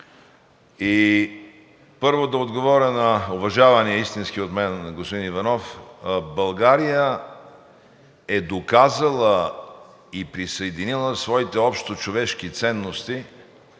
Първо да отговоря на уважавания истински от мен господин Иванов. България е доказала и присъединила своите общочовешки ценности